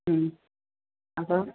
അപ്പോൾ